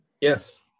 Yes